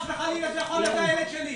זה חס וחלילה יכול להיות הילד שלי.